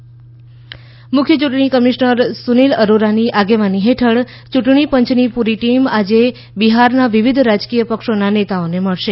EC Bihar મુખ્ય યૂંટણી commissioner Sunil અરોરાની આગેવાની હેઠળ યૂંટણી પંચની પુરી ટીમ આજે બિહારના વિવિધ રાજકીય પક્ષોના નેતાઓને મળશે